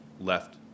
left